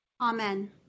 Amen